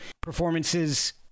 performances